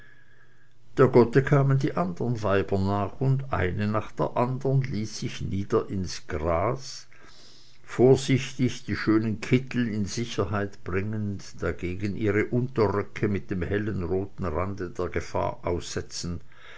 der gotte kamen die andern weiber nach und eine nach der andern ließ sich nieder ins gras vorsichtig die schönen kittel in sicherheit bringend dagegen ihre unterröcke mit dem hellen roten rande der gefahr aussetzend